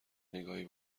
نگاهی